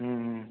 ம் ம்